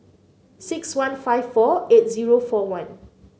six one five four eight zero four one